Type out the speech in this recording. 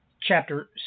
chapter